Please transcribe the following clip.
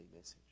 message